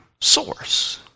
source